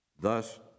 Thus